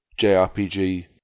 JRPG